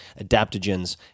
adaptogens